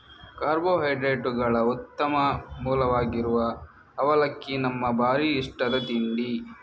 ಕಾರ್ಬೋಹೈಡ್ರೇಟುಗಳ ಉತ್ತಮ ಮೂಲವಾಗಿರುವ ಅವಲಕ್ಕಿ ನಮ್ಮ ಭಾರೀ ಇಷ್ಟದ ತಿಂಡಿ